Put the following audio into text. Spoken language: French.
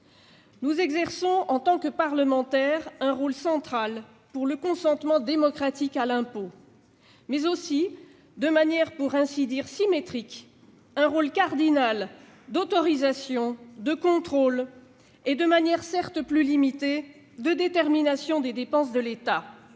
Nous exerçons, en tant que parlementaires, un rôle central pour le consentement démocratique à l'impôt et symétriquement, pour ainsi dire, un rôle cardinal d'autorisation, de contrôle et, de manière certes plus limitée, de détermination des dépenses de l'État.